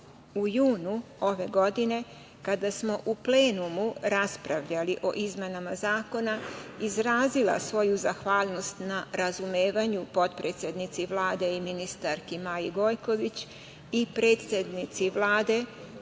u junu ove godine, kada smo u plenumu raspravljali o izmenama zakona izrazila svoju zahvalnost na razumevanju potpredsednici Vlade i ministarki Maji Gojković i predsednici Vlade,